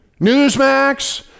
Newsmax